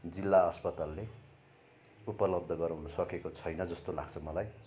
जिल्ला अस्पतालले उपलब्ध गराउन सकेको छैन जस्तो लाग्छ मलाई